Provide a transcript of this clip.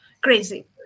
crazy